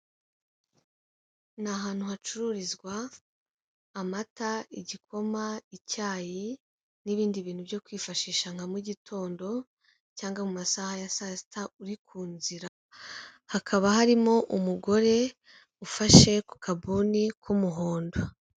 Ni ahantu hacururizwa, amata, igikoma, icyayi, n'ibindi bintu byo kwifashisha nka mu gitondo, cyangwa mu masaha ya saa sita, uri ku nzira, hakaba harimo umugore ufashe ku kabuni k'umuhondo.